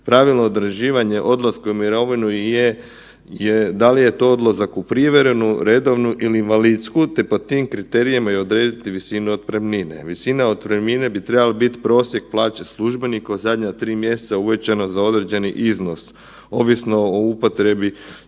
Pravilno određivanje odlaska u mirovinu je, da li je to odlazak u prijevremenu, redovnu ili invalidsku te po tim kriterijima i odrediti visinu otpremnine. Visina otpremnine bi trebala biti prosjek plaće službenika od zadnja 3 mjeseca uvećana za određeni iznos, ovisno o upotrebni i